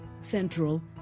Central